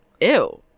ew